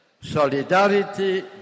Solidarity